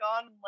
gone